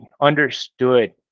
understood